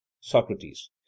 Socrates